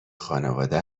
خانواده